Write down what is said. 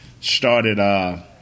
started